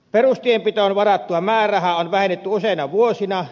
perustienpitoon varattua määrärahaa on vähennetty useina vuosina